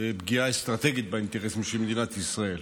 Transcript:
פגיעה אסטרטגית באינטרסים של מדינת ישראל.